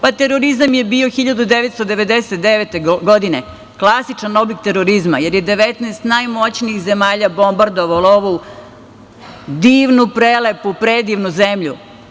Pa, terorizam je bio 1999. godine, klasičan oblik terorizma, jer je 19 najmoćnijih zemalja bombardovalo ovu divnu, prelepu, predivnu zemlju.